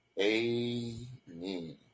Amen